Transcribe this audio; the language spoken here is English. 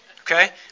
Okay